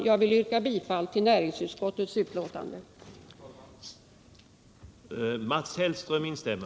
Jag vill yrka bifall till näringsutskottets hemställan i dess betänkande nr 48.